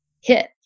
hit